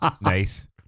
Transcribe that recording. Nice